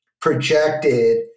projected